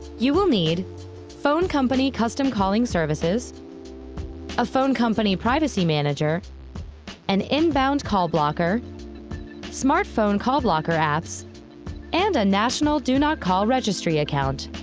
you will need phone company custom calling services ah phone company privacy manager and inbound call blocker smartphone call blocker apps and national do not call registry account.